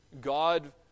God